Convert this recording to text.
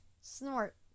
Snort